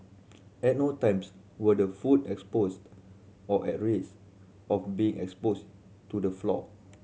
at no times were the food exposed or at risk of being exposed to the floor